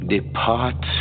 Depart